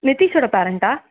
நித்திஷ்ஷோட பேரண்ட்டா